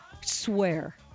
swear